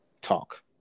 talk